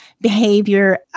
behavior